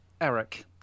Eric